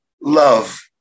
Love